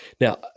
Now